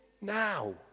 Now